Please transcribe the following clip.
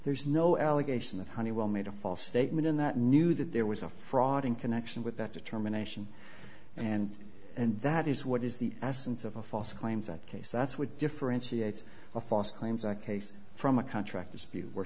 there's no allegation that honeywell made a false statement in that knew that there was a fraud in connection with that determination and and that is what is the essence of a false claims at case that's what differentiates a foss claims a case from a contract dispute